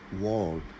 wall